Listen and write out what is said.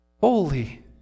holy